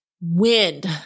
wind